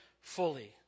fully